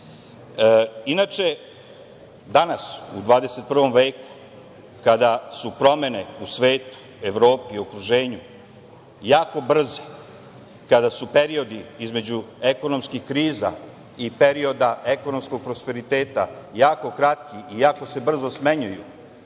vlade. Inače, danas u 21. veku, kada su promene u svetu, Evropi, okruženju jako brze, kada su periodi između ekonomskih kriza i perioda ekonomskog prosperiteta jako kratki i jako se brzo smenjuju,